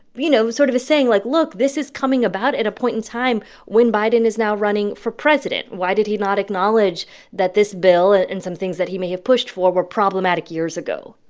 you know, sort of is saying, like, look. this is coming about at a point in time when biden is now running for president. why did he not acknowledge that this bill and some things that he may have pushed for were problematic years ago?